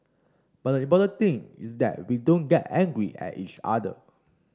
but the important thing is that we don't get angry at each other